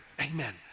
Amen